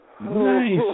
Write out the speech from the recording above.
Nice